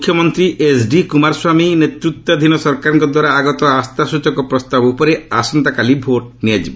ମୁଖ୍ୟମନ୍ତ୍ରୀ ଏଚ୍ଡି କୁମାରସ୍ୱାମୀ ନେତୃତ୍ୱାଧୀନ ସରକାରଙ୍କଦ୍ୱାରା ଆଗତ ଆସ୍ଥାସଚକ ପ୍ରସ୍ତାବ ଉପରେ ଆସନ୍ତାକାଲି ଭୋଟ୍ ନିଆଯିବ